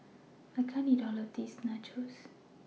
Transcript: I can't eat All of This Nachos